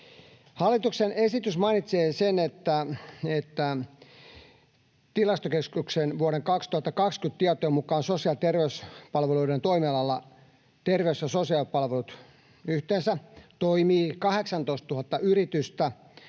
Hallituksen esitys mainitsee sen, että Tilastokeskuksen vuoden 2020 tietojen mukaan sosiaali- ja terveyspalveluiden toimialalla, terveys- ja sosiaalipalvelut, toimii yhteensä 18 000 yritystä